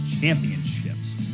Championships